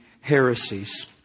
heresies